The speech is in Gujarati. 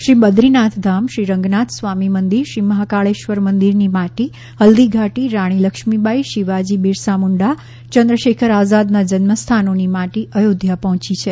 શ્રી બદ્રીનાથ ધામ રંગનાથસ્વામી મંદિર શ્રી મહાકાળેશ્વર મંદિરની માટી અને હલ્દી ઘાટી રાણી લક્ષ્મી બાઇ શિવાજી બિરસા મુંડા ચંદ્રશેકર આઝાદના જન્મ સ્થાનોની માટી અયોધ્યા પહોંચી છે